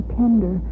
tender